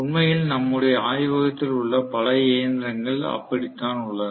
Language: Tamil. உண்மையில் நம்முடைய ஆய்வகத்தில் உள்ள பல இயந்திரங்கள் அப்படித்தான் உள்ளன